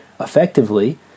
effectively